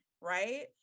right